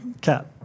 cat